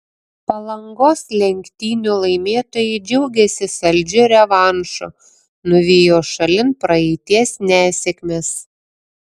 palangos lenktynių laimėtojai džiaugiasi saldžiu revanšu nuvijo šalin praeities nesėkmes